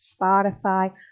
spotify